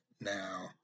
Now